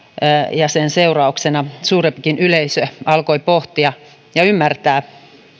ja sen seurauksena suurempikin yleisö alkoi pohtia ja ymmärtää